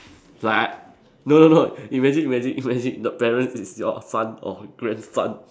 like no no no imagine imagine imagine the parents is your son or grandson